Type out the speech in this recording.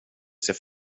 ser